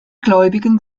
gläubigen